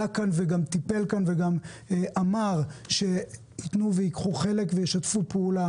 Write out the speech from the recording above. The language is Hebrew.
כאן וטיפל כאן ואמר שייתן וייקח חלק וישתף פעולה